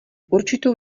určitou